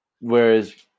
whereas